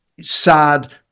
sad